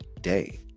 day